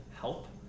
help